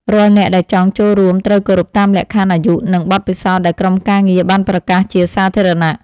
រាល់អ្នកដែលចង់ចូលរួមត្រូវគោរពតាមលក្ខខណ្ឌអាយុ និង បទពិសោធន៍ដែលក្រុមការងារបានប្រកាសជាសាធារណៈ។